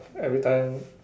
everytime